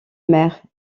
maire